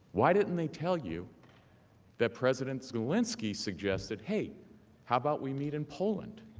why didn't they tell you that president zelensky suggested hey how about we meet in poland.